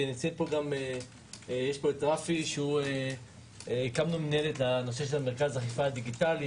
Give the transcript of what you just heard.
ויש פה את רפי כי הקמנו מינהלת למרכז אכיפה דיגיטלי,